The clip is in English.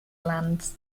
lands